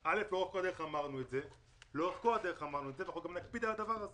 לאורך כל הדרך אמרנו את זה ואנחנו גם נקפיד על הדבר הזה.